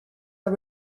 are